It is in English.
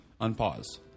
unpause